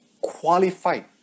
qualified